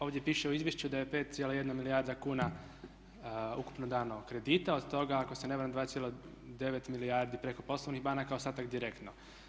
Ovdje piše u izvješću da je 5,1 milijarda kuna ukupno dano kredita, od toga ako se ne varam, 9 milijardi preko poslovnih banaka, ostatak direktno.